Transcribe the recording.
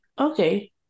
Okay